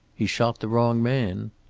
he shot the wrong man.